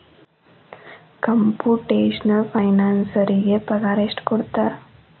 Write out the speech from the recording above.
Computational ಫೈನಾನ್ಸರಿಗೆ ಪಗಾರ ಎಷ್ಟ್ ಕೊಡ್ತಾರ?